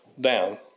down